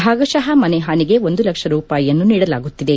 ಭಾಗಶಃ ಮನೆ ಪಾನಿಗೆ ಒಂದು ಲಕ್ಷ ರೂಪಾಯಿಯನ್ನು ನೀಡಲಾಗುತ್ತಿದೆ